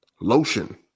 lotion